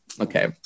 Okay